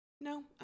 No